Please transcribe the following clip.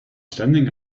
standing